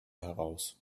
heraus